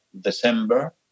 December